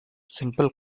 simple